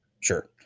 Sure